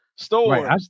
Store